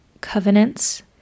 covenants